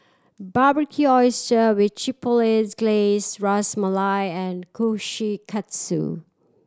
Barbecued Oyster with Chipotle Glaze Ras Malai and Kushikatsu